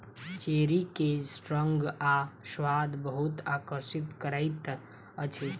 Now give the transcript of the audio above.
cherry के रंग आ स्वाद बहुत आकर्षित करैत अछि